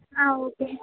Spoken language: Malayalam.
ആ ഓക്കേ